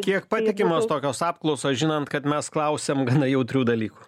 kiek patikimos tokios apklausos žinant kad mes klausiam gana jautrių dalykų